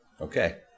okay